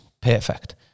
perfect